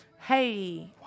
Hey